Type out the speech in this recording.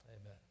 Amen